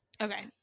okay